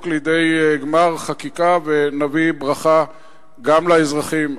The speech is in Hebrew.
לידי גמר חקיקה ונביא ברכה גם לאזרחים,